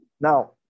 Now